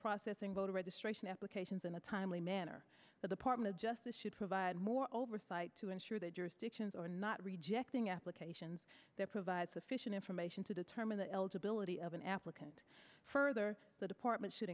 processing voter registration applications in a timely manner that apartment justice should provide more oversight to ensure that jurisdictions are not rejecting applications that provide sufficient information to determine the eligibility of an applicant further the department should